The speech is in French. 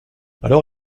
alors